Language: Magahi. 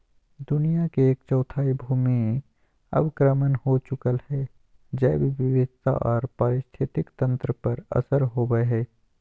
दुनिया के एक चौथाई भूमि अवक्रमण हो चुकल हई, जैव विविधता आर पारिस्थितिक तंत्र पर असर होवई हई